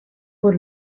por